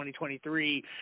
2023